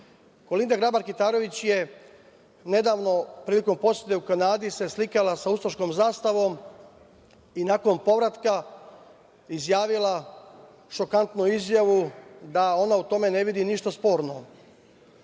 Kolinda Grabar Kitarović je, nedavno, prilikom posete u Kanadi se slikala sa ustaškom zastavom i nakon povratka izjavila šokantnu izjavu da ona u tome ne vidi ništa sporno. Zatim,